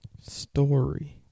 story